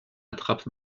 attrape